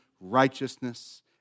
righteousness